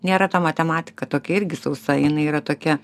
nėra ta matematika tokia irgi sausa jinai yra tokia